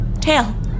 tail